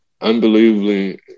unbelievably